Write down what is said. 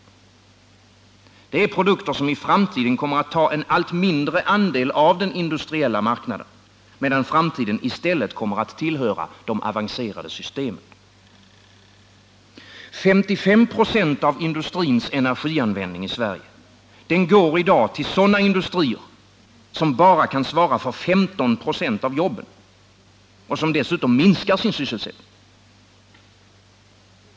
Det är produkter som i framtiden kommer att ta en allt mindre andel av den industriella marknaden, medan framtiden i stället kommer att tillhöra de avancerade systemen. 55 96 av industrins energianvändning i Sverige går i dag till sådana industrier som kan svara för enbart 15 926 av jobben — och som dessutom minskar sin sysselsättning.